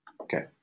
Okay